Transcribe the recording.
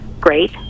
great